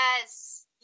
yes